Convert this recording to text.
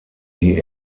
die